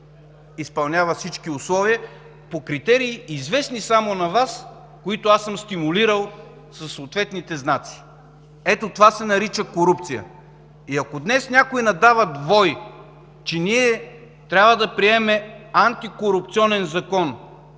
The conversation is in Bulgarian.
изпълнява всички условия по критерии, известни само на Вас, които аз съм стимулирал със съответните знаци”. Ето това се нарича корупция. И ако днес някои надават вой, че трябва да приемем антикорупционен закон,